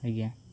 ଆଜ୍ଞା